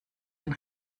ein